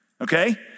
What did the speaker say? okay